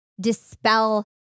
dispel